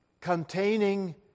containing